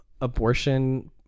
abortion